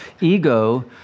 ego